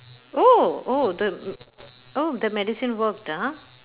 oh oh the m~ oh the medicine worked ah